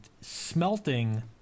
smelting